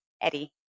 Eddie